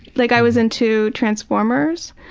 like i was into transformers.